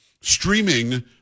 Streaming